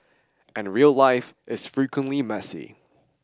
and real life is frequently messy